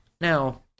Now